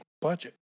budget